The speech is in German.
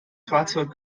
fahrzeug